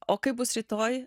o kaip bus rytoj